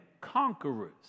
conquerors